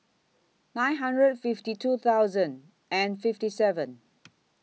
nine hundred fifty two thousand and fifty seven